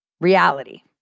reality